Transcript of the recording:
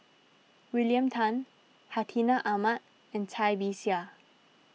William Tan Hartinah Ahmad and Cai Bixia